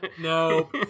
No